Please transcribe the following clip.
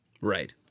Right